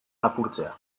lapurtzea